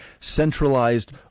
Centralized